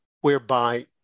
whereby